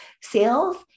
Sales